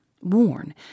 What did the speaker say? worn